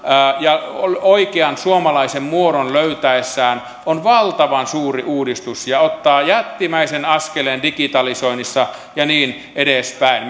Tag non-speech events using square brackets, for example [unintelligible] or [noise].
ja oikean suomalaisen muodon löytäessään on valtavan suuri uudistus ja ottaa jättimäisen askeleen digitalisoinnissa ja niin edespäin [unintelligible]